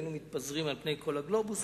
היינו מתפזרים על פני כל הגלובוס.